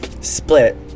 split